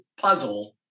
puzzle